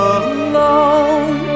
alone